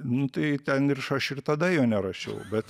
nu tai ten aš ir tada jo nerašiau bet